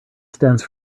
stands